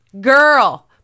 girl